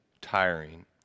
tiring